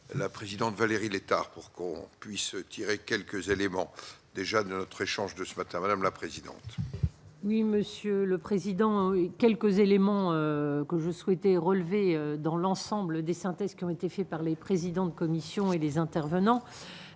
la présidente Valérie Létard pour qu'on puisse tirer quelques éléments déjà notre échange de ce matin Madame la président. Oui, monsieur le président, et quelques éléments que je souhaitais relevés dans l'ensemble des synthèses qui ont été faits par les présidents de commission et les intervenants